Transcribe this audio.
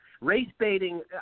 race-baiting –